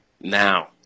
now